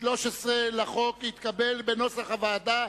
13 לחוק התקבל בנוסח הוועדה,